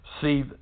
see